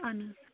اَہَن حظ